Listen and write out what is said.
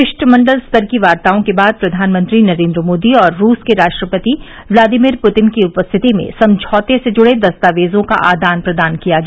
शिष्टमंडल स्तर की वार्ताओं के बाद प्रधानमंत्री नरेंद्र मोदी और रुस के राष्ट्रपति व्लादिमिर पुतिन की उपस्थिति में समझौते से जुड़े दस्तावेजों का आदान प्रदान किया गया